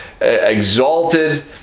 exalted